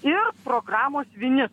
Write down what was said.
ir programos vinis